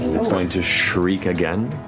it's going to shriek again.